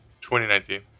2019